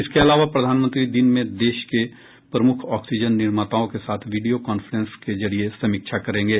इसके अलावा प्रधानमंत्री दिन में देश के प्रमुख ऑक्सीजन निर्माताओं के साथ वीडियो कॉफ्रेंस के जरिए समीक्षा करेंगे